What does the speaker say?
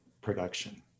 production